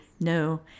No